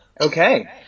Okay